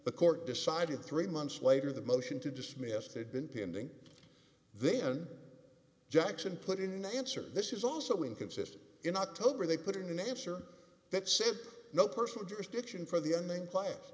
the court decided three months later the motion to dismiss had been pending then jackson put in an answer this is also inconsistent in october they put in an answer that said no personal jurisdiction for the unnamed class